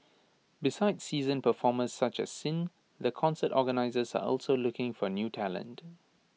besides seasoned performers such as sin the concert organisers are also looking for new talent